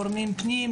גורמי פנים,